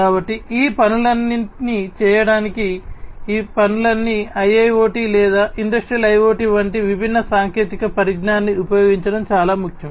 కాబట్టి ఈ పనులన్నీ చేయటానికి ఈ పనులన్నీ IIoT లేదా ఇండస్ట్రియల్ IoT వంటి విభిన్న సాంకేతిక పరిజ్ఞానాన్ని ఉపయోగించడం చాలా ముఖ్యం